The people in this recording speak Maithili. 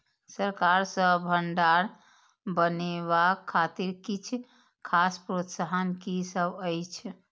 सरकार सँ भण्डार बनेवाक खातिर किछ खास प्रोत्साहन कि सब अइछ?